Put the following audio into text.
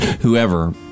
Whoever